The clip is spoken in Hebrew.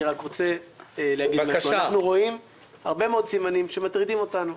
אנחנו רואים הרבה מאוד סימנים שמטרידים אותנו.